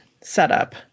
setup